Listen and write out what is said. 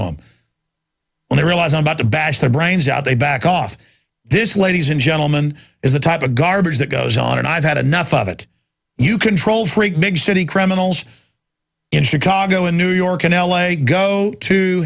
them when they realize i'm about to bash their brains out they back off this ladies and gentlemen is the type of garbage that goes on and i've had enough of it you control freak big city criminals in chicago and new york and l a go to